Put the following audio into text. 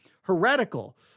heretical